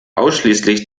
ausschließlich